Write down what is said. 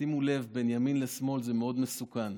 שימו לב, בין ימין לשמאל, זה מאוד מסוכן.